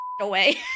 away